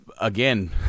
again